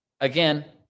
Again